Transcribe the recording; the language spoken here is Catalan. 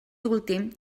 últim